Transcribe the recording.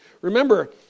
Remember